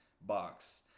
box